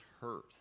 hurt